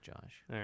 Josh